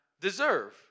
deserve